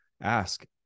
ask